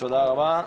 תודה רבה לכם,